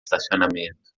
estacionamento